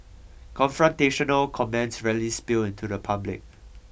confrontational comments rarely spill into the public